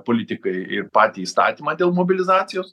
politikai ir patį įstatymą dėl mobilizacijos